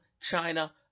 China